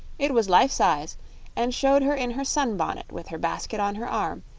it was life-size and showed her in her sunbonnet with her basket on her arm,